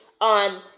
on